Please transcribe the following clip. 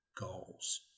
goals